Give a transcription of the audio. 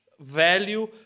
value